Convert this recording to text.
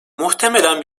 muhtemelen